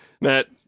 Matt